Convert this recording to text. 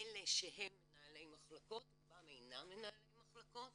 אלה שהם מנהלי מחלקות רובם אינם מנהלי מחלקות